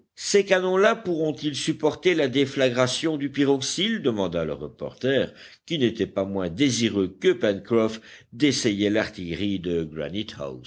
ces canons là pourront-ils supporter la déflagration du pyroxile demanda le reporter qui n'était pas moins désireux que pencroff d'essayer l'artillerie de